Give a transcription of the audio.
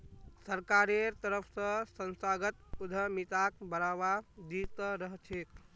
सरकारेर तरफ स संस्थागत उद्यमिताक बढ़ावा दी त रह छेक